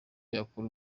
yakura